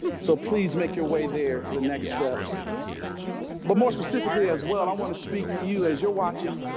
so, please make your way there to the next steps but more specifically as well. i want to speak to you as you're watching.